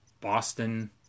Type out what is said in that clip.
Boston